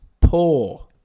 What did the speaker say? poor